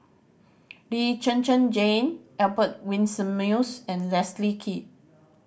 Lee Zhen Zhen Jane Albert Winsemius and Leslie Kee